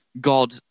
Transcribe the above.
god